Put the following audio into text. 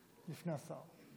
לפני השר.